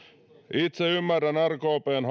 itse ymmärrän rkpn